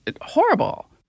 horrible